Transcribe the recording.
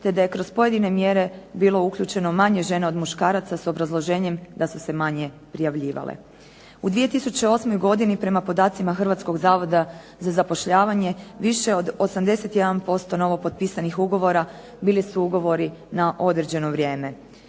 te da je kroz pojedine mjere bilo uključeno manje žena od muškaraca s obrazloženjem da su se manje prijavljivale. U 2008. godini prema podacima Hrvatskog zavoda za zapošljavanje više od 81% novopotpisanih ugovora bili su ugovori na određeno vrijeme.